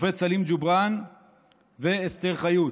השופט סלים ג'ובראן ואסתר חיות,